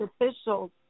officials